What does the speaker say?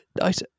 Nice